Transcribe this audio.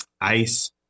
ice